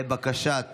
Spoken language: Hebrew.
לבקשת